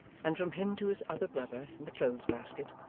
and from him to his other brother in the clothes-basket,